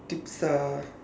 tips ah